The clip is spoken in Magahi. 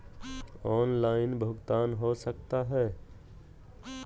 ऑनलाइन भुगतान हो सकता है?